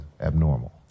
abnormal